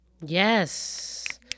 Yes